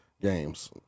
games